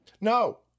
No